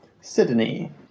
Sydney